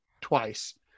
twice